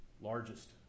largest